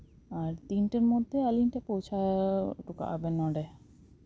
ᱟᱨ ᱛᱤᱱᱴᱮᱨ ᱢᱚᱫᱽᱫᱷᱮ ᱟᱹᱞᱤᱧ ᱴᱷᱮᱡ ᱯᱳᱪᱷᱟᱣ ᱠᱟᱜᱼᱟ ᱵᱮᱱ ᱱᱚᱰᱮ